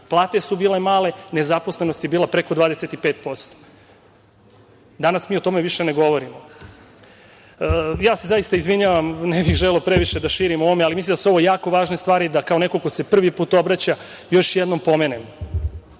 Plate su bile male, nezaposlenost je bila preko 25%. Danas mi o tome više ne govorimo. Ja se zaista izvinjavam, ne bih želeo previše da širim o ovome, ali mislim da su ovo jako važne stvari da kao neko ko se prvi put obraća, još jednom pomenem. Pitanje